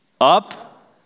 Up